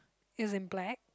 is in black